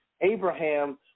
Abraham